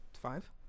Five